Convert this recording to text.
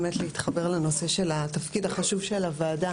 להתחבר לנושא של התפקיד החשוב של הוועדה